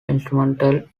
instrumental